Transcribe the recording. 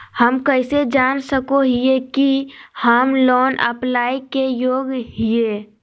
हम कइसे जान सको हियै कि हम लोन अप्लाई के योग्य हियै?